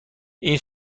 این